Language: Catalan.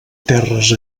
terres